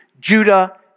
Judah